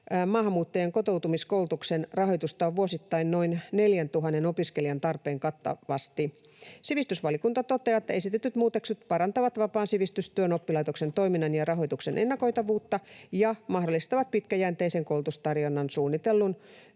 maahanmuuttajien kotoutumiskoulutuksen rahoitusta on vuosittain noin 4 000 opiskelijan tarpeen kattavasti. Sivistysvaliokunta toteaa, että esitetyt muutokset parantavat vapaan sivistystyön oppilaitoksen toiminnan ja rahoituksen ennakoitavuutta ja mahdollistavat pitkäjänteisen koulutustarjonnan suunnittelun